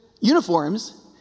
uniforms